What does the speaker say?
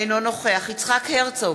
אינו נוכח יצחק הרצוג,